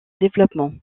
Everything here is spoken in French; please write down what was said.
développement